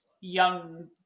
young